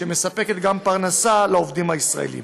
שמספקת גם פרנסה לעובדים הישראלים.